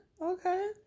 Okay